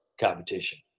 competition